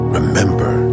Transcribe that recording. remember